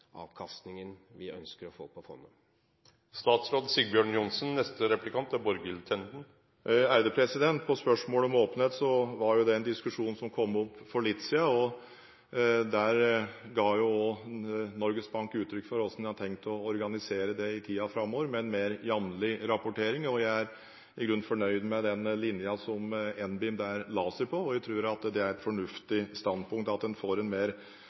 avkastningen vi ønsker å få på fondet? Når det gjelder spørsmålet om åpenhet, var det en diskusjon som kom opp for litt siden. Der ga også Norges Bank uttrykk for hvordan de har tenkt å organisere det i tiden framover, med en mer jevnlig rapportering. Jeg er i grunnen fornøyd med den linjen som NBIM der la seg på, og jeg tror det er et fornuftig standpunkt at en får en mer